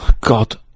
God